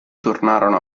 tornarono